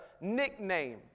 nickname